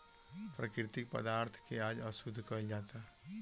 प्राकृतिक पदार्थ के आज अशुद्ध कइल जाता